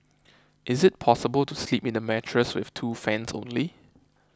is it possible to sleep in a mattress with two fans only